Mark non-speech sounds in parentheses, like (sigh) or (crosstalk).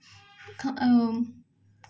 (unintelligible)